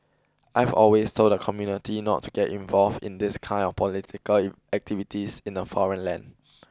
I've always told the community not to get involved in these kind of political activities in a foreign land